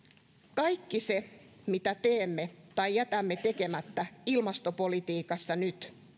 kaikki se mitä teemme tai jätämme tekemättä ilmastopolitiikassa nyt